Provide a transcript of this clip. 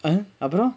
eh அப்புறம்:appuram